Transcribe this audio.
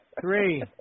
Three